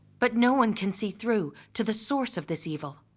but no one can see through to the source of this evil.